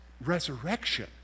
resurrection